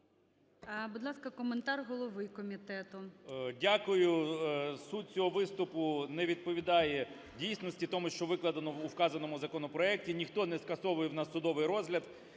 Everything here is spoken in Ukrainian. Будь ласка, коментар голови комітету. 16:33:37 КНЯЖИЦЬКИЙ М.Л. Дякую. Суть цього виступу не відповідає дійсності, тому, що викладено у вказаному законопроекті, ніхто не скасовує у нас судовий розгляд.